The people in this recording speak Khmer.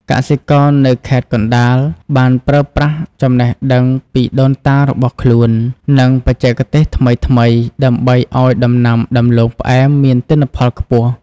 កសិករនៅខេត្តកណ្ដាលបានប្រើប្រាស់ចំណេះដឹងពីដូនតារបស់ខ្លួន និងបច្ចេកទេសថ្មីៗ ដើម្បីឱ្យដំណាំដំឡូងផ្អែមមានទិន្នផលខ្ពស់។